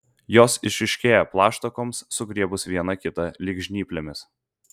jos išryškėja plaštakoms sugriebus viena kitą lyg žnyplėmis